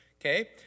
okay